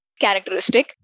characteristic